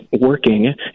working